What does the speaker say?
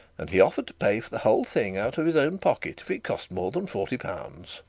and he offered to pay for the whole thing out of his own pocket if it cost more than forty pounds.